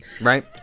right